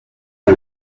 una